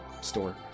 store